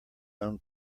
own